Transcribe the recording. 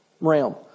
realm